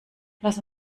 lass